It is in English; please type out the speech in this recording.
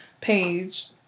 page